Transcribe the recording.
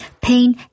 pain